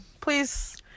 please